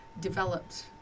developed